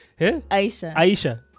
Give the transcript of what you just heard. Aisha